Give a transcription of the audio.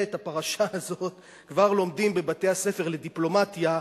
את הפרשה הזאת כבר לומדים בבתי-הספר לדיפלומטיה,